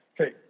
Okay